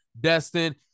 Destin